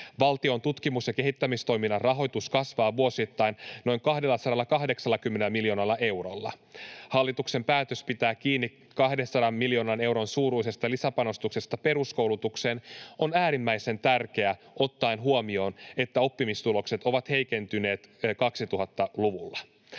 Valtion tutkimus- ja kehittämistoiminnan rahoitus kasvaa vuosittain noin 280 miljoonalla eurolla. Hallituksen päätös pitää kiinni 200 miljoonan euron suuruisesta lisäpanostuksesta peruskoulutukseen on äärimmäisen tärkeä ottaen huomioon, että oppimistulokset ovat heikentyneet 2000-luvulla.